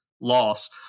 loss